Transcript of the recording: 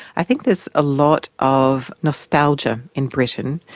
i think there's a lot of nostalgia in britain,